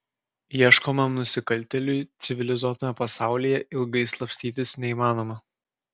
ieškomam nusikaltėliui civilizuotame pasaulyje ilgai slapstytis neįmanoma